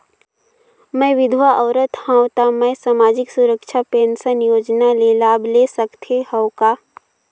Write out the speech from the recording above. मैं विधवा औरत हवं त मै समाजिक सुरक्षा पेंशन योजना ले लाभ ले सकथे हव का?